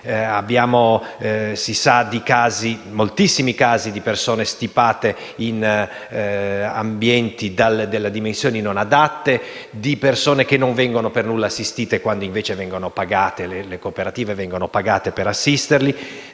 profughi. Si sa di moltissimi casi di persone stipate in ambienti dalle dimensioni non adatte, di persone che non vengono per nulla assistite quando invece le cooperative vengono pagate per assisterle,